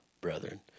brethren